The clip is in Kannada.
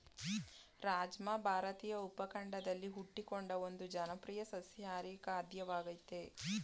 ರಾಜ್ಮಾ ಭಾರತೀಯ ಉಪಖಂಡದಲ್ಲಿ ಹುಟ್ಟಿಕೊಂಡ ಒಂದು ಜನಪ್ರಿಯ ಸಸ್ಯಾಹಾರಿ ಖಾದ್ಯವಾಗಯ್ತೆ